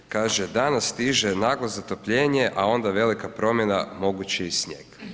Kaže, danas stiže naglo zatopljenje, a onda velika promjena, moguće i snijeg.